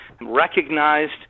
recognized